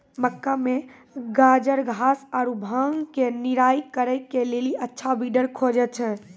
मक्का मे गाजरघास आरु भांग के निराई करे के लेली अच्छा वीडर खोजे छैय?